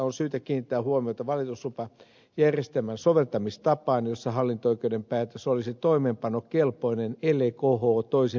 on syytä kiinnittää huomiota valituslupajärjestelmän soveltamistapaan jossa hallinto oikeuden päätös olisi toimeenpanokelpoinen ellei kho toisin määrää